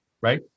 right